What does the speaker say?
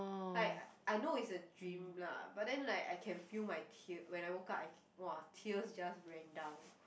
like I I know it's a dream lah but then like I can feel my tear when I woke up I !wah! tears just ran down